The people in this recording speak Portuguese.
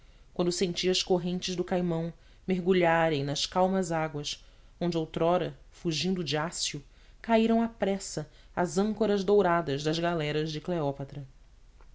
quando senti as correntes do caimão mergulharem nas calmas águas onde outrora fugindo de ácio caíram à pressa as âncoras douradas das galeras de cleópatra